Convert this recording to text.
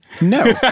No